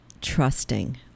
trusting